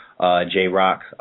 J-Rock